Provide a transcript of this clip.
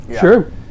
Sure